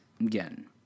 again